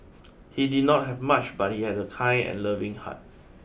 he did not have much but he had a kind and loving heart